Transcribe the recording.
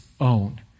own